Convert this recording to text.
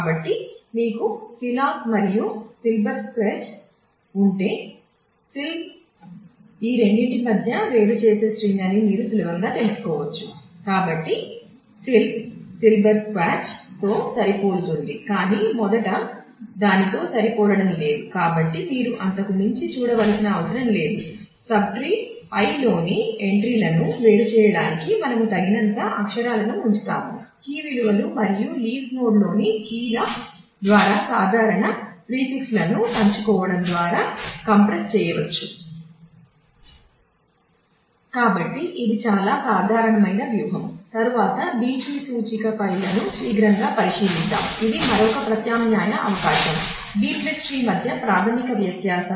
కాబట్టి ఇది చాలా సాధారణమైన వ్యూహం తరువాత B ట్రీ సూచిక ఫైల్ను శీఘ్రంగా పరిశీలిద్దాం ఇది మరొక ప్రత్యామ్నాయ అవకాశం B ట్రీ మధ్య ప్రాథమిక వ్యత్యాసం